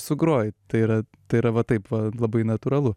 sugroji tai yra tai yra va taip va labai natūralu